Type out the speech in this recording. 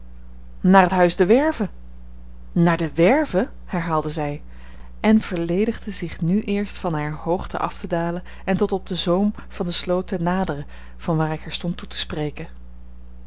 naar het huis de werve naar de werve herhaalde zij en verledigde zich nu eerst van hare hoogte af te dalen en tot op den zoom van de sloot te naderen van waar ik haar stond toe te spreken